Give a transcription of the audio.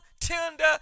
tender